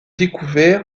découvert